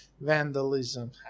vandalism